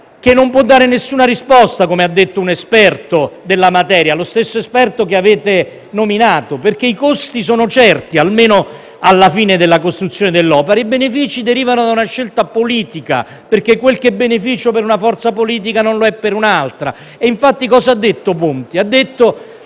che non può dare alcuna risposta, come ha detto un esperto della materia, lo stesso esperto che avete nominato. I costi, infatti, sono certi, almeno alla fine della costruzione dell’opera; i benefici derivano da una scelta politica, perché quel che è beneficio per una forza politica non lo è per un’altra. Infatti cosa ha detto, in